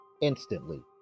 Instantly